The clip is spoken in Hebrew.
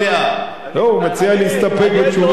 לא, הוא מציע להסתפק בתשובת השר.